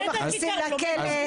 לא מכניסים לכלא.